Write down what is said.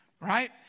right